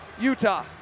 Utah